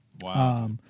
Wow